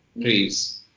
trees